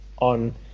on